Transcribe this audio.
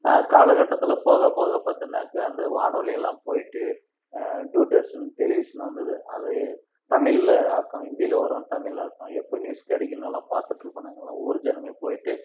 காலகட்டத்தில் போகப் போகப் பார்த்தனாக்க அந்த வானொலியெல்லாம் போய்விட்டு தூர்தர்ஷன் டெலிவிஷன் வந்தது அதை தமிழில் ஆக்கம் இந்தியில் வரும் தமிழாக்கம் எப்போ நியூஸ் கிடைக்கும் எல்லாம் பார்த்துட்டு இருப்போம் நாங்கள்லாம் ஊர் ஜனமே போயிட்டு